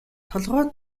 толгой